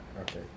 okay